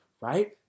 right